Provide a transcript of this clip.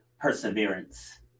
perseverance